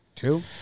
Two